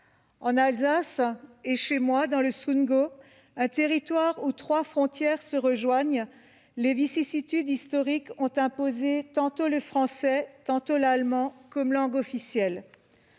En Alsace, et chez moi dans le Sundgau, un territoire où trois frontières se rejoignent, les vicissitudes historiques ont imposé tantôt le français, tantôt l'allemand comme langue officielle.